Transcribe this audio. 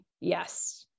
yes